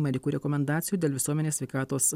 medikų rekomendacijų dėl visuomenės sveikatos